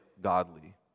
godly